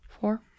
Four